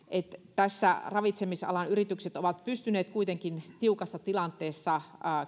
ravitsemisalan yritykset ovat pystyneet kuitenkin tiukassa tilanteessa